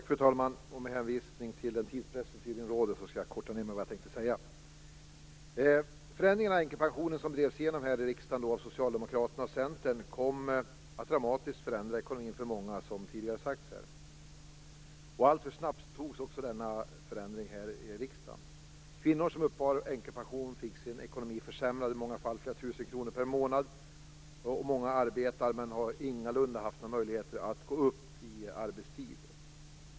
Fru talman! Med hänvisning till den tidspress som tydligen råder skall jag korta ned det som jag hade tänkt säga. Förändringen i änkepensionen, som drevs igenom här i riksdagen av Socialdemokraterna och Centern, kom att dramatiskt förändra ekonomin för många, som tidigare har sagts här. Alltför snabbt antogs denna förändring i riksdagen. Kvinnor som uppbar änkepension fick sin ekonomi försämrad. I många fall handlade det om flera tusen kronor per månad. Många arbetar men har ingalunda haft några möjligheter att gå upp i arbetstid.